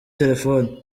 telefoni